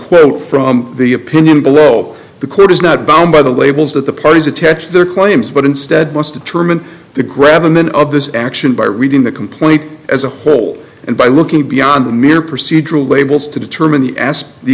quote from the opinion below the court is not bound by the labels that the parties attach their claims but instead must determine the grab them in of this action by reading the complaint as a whole and by looking beyond the mere procedural labels to determine the asp the